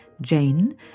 jane